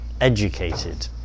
educated